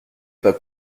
pas